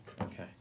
Okay